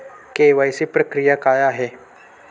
KYC प्रक्रिया काय आहे?